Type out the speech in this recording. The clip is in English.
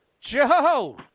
Joe